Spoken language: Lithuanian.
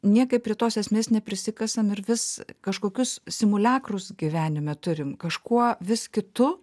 niekaip prie tos esmės neprisikasam ir vis kažkokius simuliakrus gyvenime turim kažkuo vis kitu